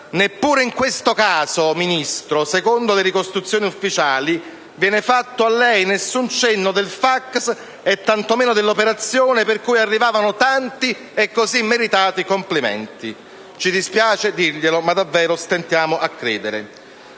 Neppure in questo caso, Ministro, secondo le ricostruzioni ufficiali, viene fatto a lei alcun cenno del fax e tanto meno dell'operazione per cui arrivavano tanti e così meritati complimenti. Ci dispiace dirglielo, ma davvero stentiamo a crederlo.